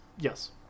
Yes